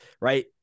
right